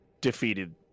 defeated